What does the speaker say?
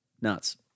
Nuts